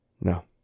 No